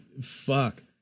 fuck